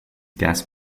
gas